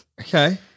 Okay